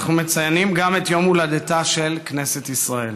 אנחנו מציינים גם את יום הולדתה של כנסת ישראל.